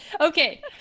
Okay